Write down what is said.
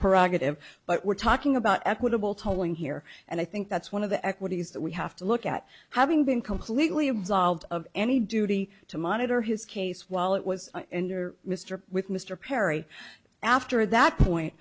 prerogative but we're talking about equitable tolling here and i think that's one of the equities that we have to look at having been completely absolved of any duty to monitor his case while it was in your mr with mr perry after that point